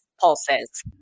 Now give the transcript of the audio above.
pulses